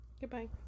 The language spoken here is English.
Goodbye